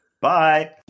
Bye